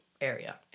area